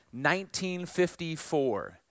1954